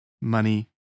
money